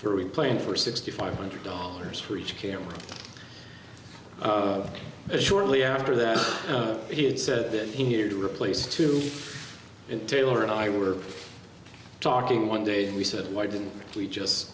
three plane for sixty five hundred dollars for each camera shortly after that he had said that he had to replace two in taylor and i were talking one day and he said why didn't we just